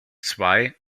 zwei